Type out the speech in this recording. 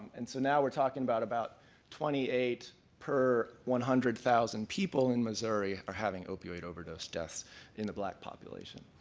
and so now we're talking about about twenty eight per one hundred thousand people in missouri are having opioid overdose deaths in the black population.